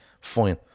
Fine